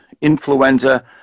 influenza